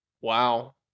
Wow